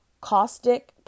caustic